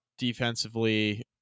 defensively